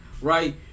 right